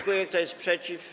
Kto jest przeciw?